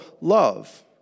love